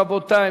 רבותי,